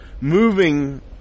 moving